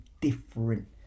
different